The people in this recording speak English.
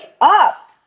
up